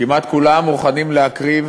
כמעט כולם מוכנים להקריב